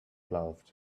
loved